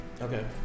okay